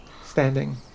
standing